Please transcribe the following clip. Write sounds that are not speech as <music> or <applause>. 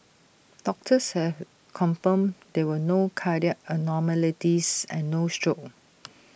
doctors have confirmed there were no cardiac abnormalities and no stroke <noise>